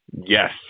Yes